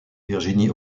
virginie